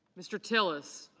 mr. tillis.